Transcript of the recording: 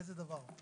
באיזה דבר?